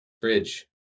Bridge